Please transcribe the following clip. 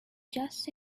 just